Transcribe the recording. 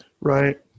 Right